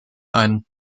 ein